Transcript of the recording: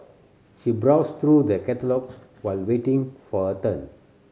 she browsed through the catalogues while waiting for her turn